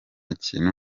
kintu